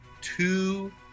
two